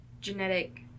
Genetic